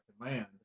land